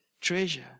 treasure